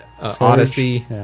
Odyssey